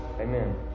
Amen